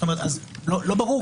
אז לא ברור.